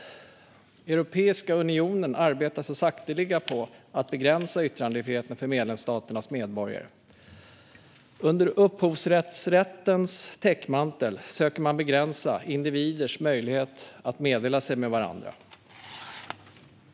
Europeiska unionen arbetar så sakteliga på att begränsa yttrandefriheten för medlemsstaternas medborgare. Under upphovsrättslagstiftningens täckmantel söker man begränsa individers möjlighet att meddela sig med varandra.